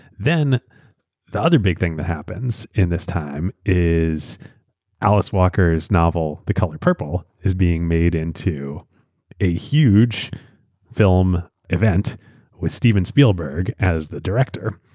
the other big thing that happens in this time is alice walker's novel, the color purple is being made into a huge film event with steven spielberg as the director.